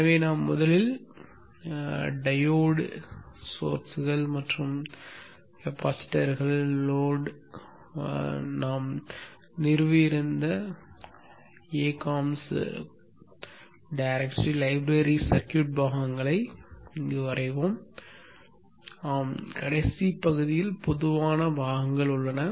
எனவே முதலில் நாம் சென்று டயோட் மூலங்கள் மற்றும் மின்தேக்கிகள் சுமை நாம் நிறுவியிருந்த அகாம்ஸ் கோப்புறை லைப்ரரி சர்க்யூட் பாகங்களை வரைவோம் ஆம் கடைசி பகுதியில் பொதுவான பாகங்கள் உள்ளன